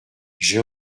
j’ai